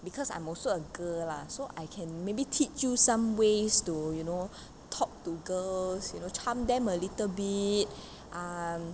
because I'm also a girl lah so I can maybe teach you some ways to you know talk to girls you know charm them a little bit um